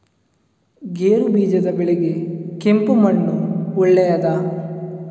ಗೇರುಬೀಜದ ಬೆಳೆಗೆ ಕೆಂಪು ಮಣ್ಣು ಒಳ್ಳೆಯದಾ?